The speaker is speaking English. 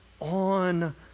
on